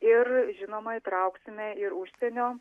ir žinoma įtrauksime ir užsienio